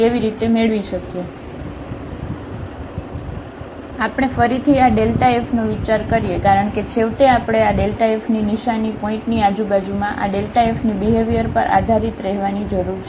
તેથી આપણે ફરીથી આ fનો વિચાર કરીએ કારણ કે છેવટે આપણે આfની નિશાની પોઇન્ટની આજુબાજુમાં આ fની બિહેવ્યર પર આધારિત રહેવાની જરૂર છે